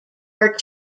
are